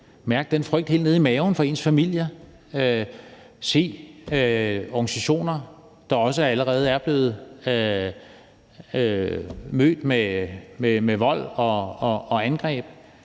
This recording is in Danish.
familier, helt ned i maven, og se organisationer, der allerede er blevet mødt med vold og angreb.